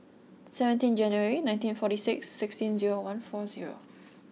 seventeen January nineteen forty six sixteen zero one four zero